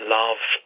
love